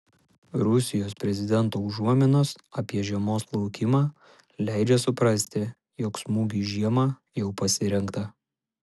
rusijos prezidento užuominos apie žiemos laukimą leidžia suprasti jog smūgiui žiemą jau pasirengta